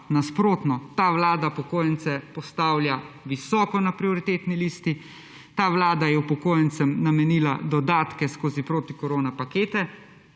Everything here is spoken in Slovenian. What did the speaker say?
Nasprotno, ta vlada upokojence postavlja visoko na prioritetni listi. Ta vlada je upokojencem namenila dodatke skozi protikorona pakete